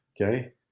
okay